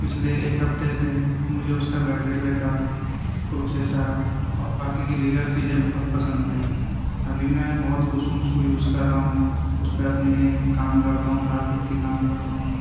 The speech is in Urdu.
پچھلے ایک ہفتے سے مجھے اس کا بیٹری بیکپ پروسیسر اور باقی کی دیگر چیزیں بہت پسند آئی ابھی میں بہت خوش ہوں اس کو یوز کر رہا ہوں اس پہ اپنے کام کرتا ہوں گرافک کے کام کرتا ہوں